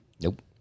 Nope